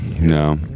no